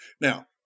now